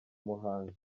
muhanga